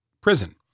prison